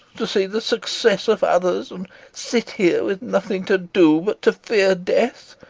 to see the success of others and sit here with nothing to do but to fear death.